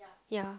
ya